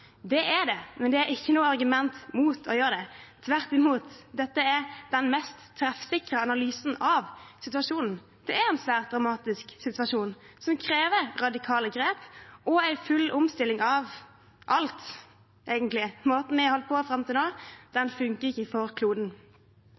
Det er det, men det er ikke noe argument mot å gjøre det. Tvert imot – dette er den mest treffsikre analysen av situasjonen. Det er en svært dramatisk situasjon, som krever radikale grep og en full omstilling av alt, egentlig. Måten vi har holdt på fram til nå,